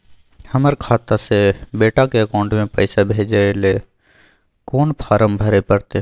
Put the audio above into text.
हमर खाता से बेटा के अकाउंट में पैसा भेजै ल कोन फारम भरै परतै?